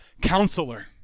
counselor